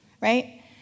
right